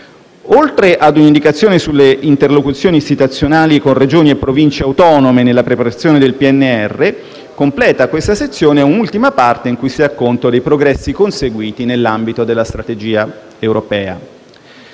Oltre ad una indicazione sulle interlocuzioni istituzionali con Regioni e Province autonome nella preparazione del PNR, completa la sezione un'ultima parte in cui si dà conto dei progressi conseguiti nell'ambito della strategia europea.